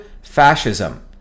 Fascism